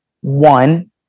One